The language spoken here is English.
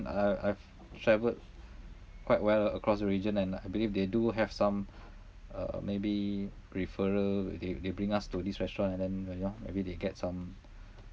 I I've travelled quite well across the region and I believe they do have some uh maybe referral they they bring us to this restaurant and then the you know maybe they get some